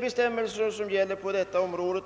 Bestämmelserna på detta område